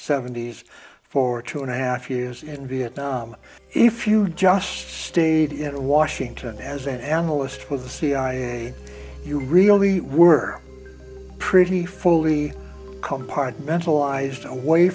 seventy's for two and a half years in vietnam if you just stayed in washington as an analyst for the cia you really only were pretty fully compartmentalized away